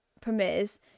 premieres